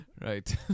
Right